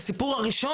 והסיפור הראשון